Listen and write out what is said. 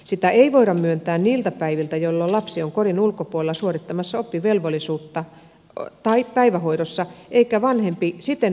sitä ei voida myöntää niiltä päiviltä jolloin lapsi on kodin ulkopuolella suorittamassa oppivelvollisuutta tai päivähoidossa eikä vanhempi siten varsinaisesti hoida lasta